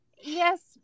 Yes